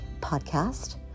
podcast